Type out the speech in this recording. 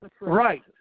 Right